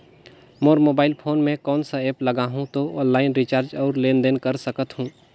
मोर mobile phone मे कोन सा एप्प लगा हूं तो ऑनलाइन रिचार्ज और लेन देन कर सकत हू?